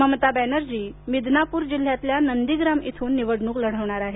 ममता बनर्जी मिदनापूर जिल्ह्यातील नंदीग्राम इथून निवडणूक लढवणार आहेत